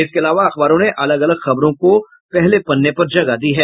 इसके अलावा अखबारों ने अलग अलग खबरों को भी पहले पन्ने पर जगह दी है